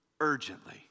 urgently